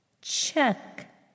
check